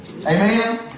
Amen